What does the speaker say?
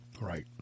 Right